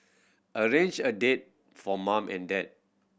arrange a date for mum and dad